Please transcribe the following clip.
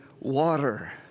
water